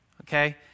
Okay